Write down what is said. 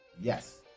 yes